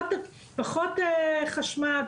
פחות חשמל,